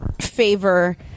favor